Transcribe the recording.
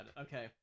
Okay